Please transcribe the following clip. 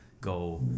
go